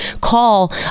call